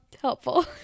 helpful